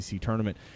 tournament